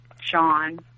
Sean